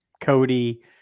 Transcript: Cody